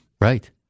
Right